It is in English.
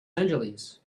angeles